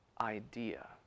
idea